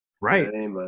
Right